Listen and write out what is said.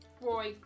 Roy